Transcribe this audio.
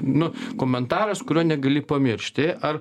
nu komentaras kurio negali pamiršti ar